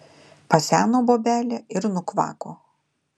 paseno bobelė ir nukvako